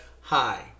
hi